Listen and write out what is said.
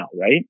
Right